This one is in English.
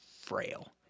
frail